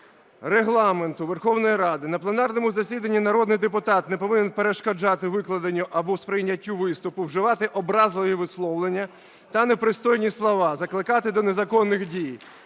Регламенту Верховної Ради на пленарному засіданні народний депутат не повинен перешкоджати викладенню або сприйняттю виступу, вживати образливі висловлювання та непристойні слова, закликати до незаконних дій.